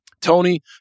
Tony